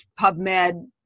PubMed